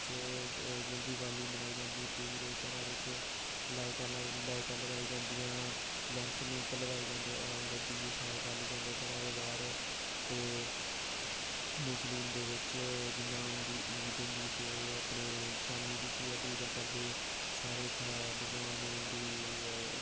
जियां दिवाली मनाई जंदी पूरे घरा बिच्च लाई लाईटां लाई जंदियां लैम्प लुंप लगाए जंदे होर दीये बाले जंदे घरा दे बाहर ते मुस्लिम दे बिच्च जियां ईद होंदी ते ओह् अपने चन्न गी दिक्खियै पूजा करदे साढ़े इत्थें भगवान हिंदु गी